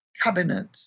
cabinet